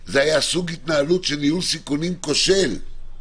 זה היה ניהול סיכונים כושל.